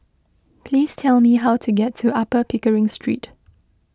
please tell me how to get to Upper Pickering Street